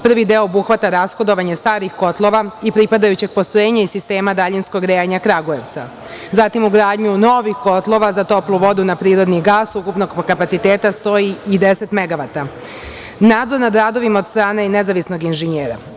Prvi deo obuhvata rashodovanje starih kotlova i pripadajućeg postrojenja iz sistema daljinskog grejanja Kragujevca, ugradnju novih kotlova za toplu vodu na prirodni gas, ukupnog kapaciteta 110 megavata, nadzor nad radovima od strane nezavisnog inženjera.